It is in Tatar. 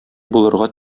булырга